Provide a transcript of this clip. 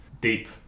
Deep